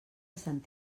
sant